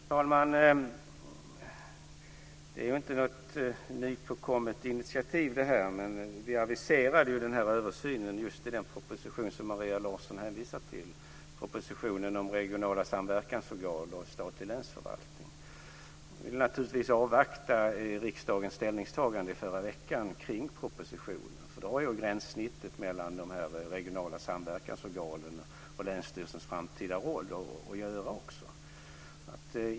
Fru talman! Det är ju inte något nypåkommet initiativ det här, men vi aviserade ju den här översynen just i den proposition som Maria Larsson hänvisade till, propositionen om regionala samverkansorgan och statlig länsförvaltning. Vi ville naturligtvis avvakta riksdagens ställningstagande förra veckan till propositionen, för det har ju med gränssnittet mellan de här regionala samverkansorganen och länsstyrelsens framtida roll att göra också.